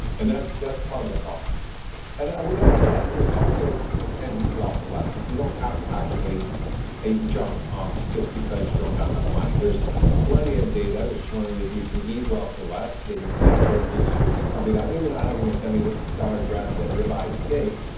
and that's that's part of the problem and with that said, there's a lot of ways that people can eat well for less, and you don't have to actually eat and junk ah just because you don't have enough money there's plenty of data that's showing that you can eat well for less that you can eat a whole foods healthy diet. maybe you're not having a seventy dollars grass-fed ribeye steak,